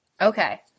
Okay